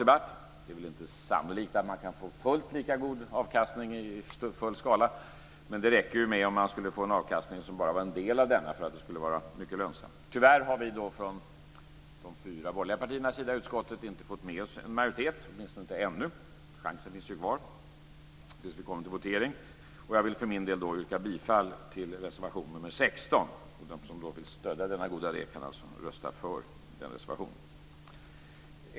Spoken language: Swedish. Det är väl inte sannolikt att man kan få fullt lika god avkastning i full skala, men det räcker om man bara får en avkastning som bara är en del av denna för att det skulle vara mycket lönsamt. Tyvärr har vi fyra borgerliga partier i utskottet inte fått med oss en majoritet, åtminstone inte ännu. Chansen finns ju kvar tills det blir dags för votering. Jag vill för min del yrka bifall till reservation nr 16. De som då vill stödja denna goda idé kan alltså rösta för denna reservation.